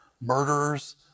murderers